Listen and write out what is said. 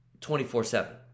24-7